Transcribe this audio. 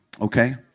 okay